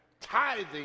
Tithing